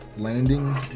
landing